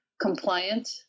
compliant